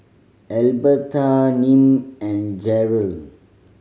Albertha Nim and Jerrell